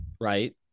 right